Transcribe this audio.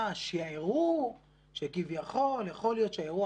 ראה שהראו שכביכול יכול להיות שהאירוע